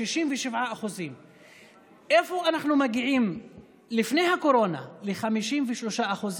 של 67%. אנחנו מגיעים לפני הקורונה ל-53%,